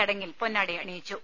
ചടങ്ങിൽ പൊന്നാടയണിയി ച്ചു